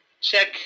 check